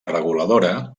reguladora